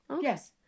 Yes